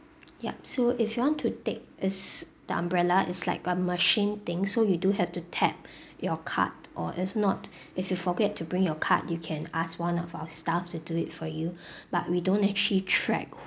yup so if you want to take it's the umbrella is like a machine thing so you do have to tap your card or if not if you forget to bring your card you can ask one of our staff to do it for you but we don't actually track